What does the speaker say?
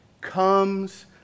comes